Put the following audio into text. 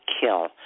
kill